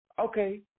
Okay